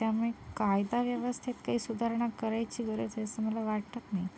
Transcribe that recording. त्यामुळे कायदा व्यवस्थेत काही सुधारणा करायची गरज आहे असं मला वाटत नाही